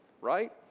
Right